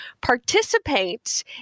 participate